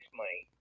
money